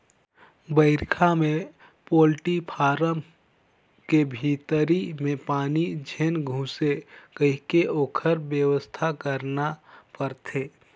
बइरखा में poultry farm के भीतरी में पानी झेन ढुंके कहिके ओखर बेवस्था करना परथे